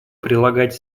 прилагать